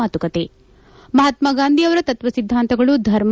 ಮಾತುಕತೆ ಮಹಾತ್ಮಾ ಗಾಂಧಿ ಅವರ ತತ್ವ ಸಿದ್ದಾಂತಗಳು ಧರ್ಮ